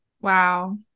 Wow